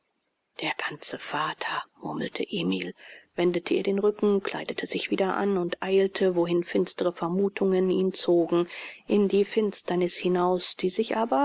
der ganze vater murmelte emil wendete ihr den rücken kleidete sich wieder an und eilte wohin finstere vermuthungen ihn zogen in die finsterniß hinaus die sich aber